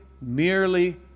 merely